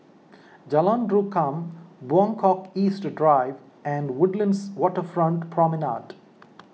Jalan Rukam Buangkok East Drive and Woodlands Waterfront Promenade